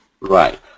right